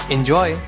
Enjoy